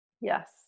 Yes